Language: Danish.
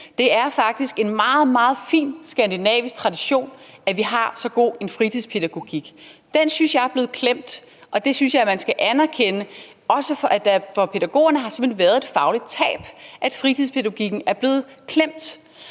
Det er faktisk en meget, meget fin skandinavisk tradition, at vi har så god en fritidspædagogik. Den synes jeg er blevet klemt, og det synes jeg man skal anerkende, også at der for pædagogerne simpelt hen har været et fagligt tab, ved at fritidspædagogikken er blevet klemt.